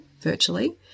virtually